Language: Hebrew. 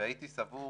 והייתי סבור